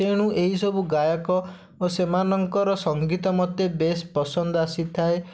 ତେଣୁ ଏଇ ସବୁ ଗାୟକ ଓ ସେମାନଙ୍କର ସଙ୍ଗୀତ ମୋତେ ବେଶ୍ ପସନ୍ଦ ଆସିଥାଏ